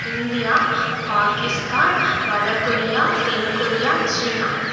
India Pakistan வடகொரியா தென்கொரியா சீனா